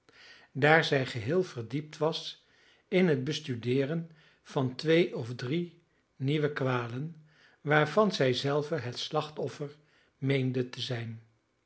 daar zij geheel verdiept was in het bestudeeren van twee of drie nieuwe kwalen waarvan zij zelve het slachtoffer meende te zijn